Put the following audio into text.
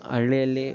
ಹಳ್ಳಿಯಲ್ಲಿ